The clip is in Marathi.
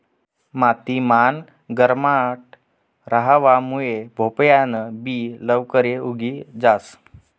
माती मान गरमाट रहावा मुये भोपयान बि लवकरे उगी जास